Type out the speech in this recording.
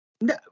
No